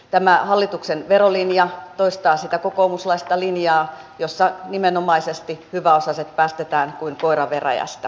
tämä hallituksen verolinja toistaa sitä kokoomuslaista linjaa jossa nimenomaisesti hyväosaiset päästetään kuin koira veräjästä